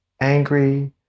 angry